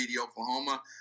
Oklahoma